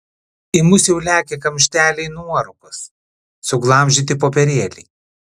į mus jau lekia kamšteliai nuorūkos suglamžyti popierėliai